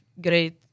great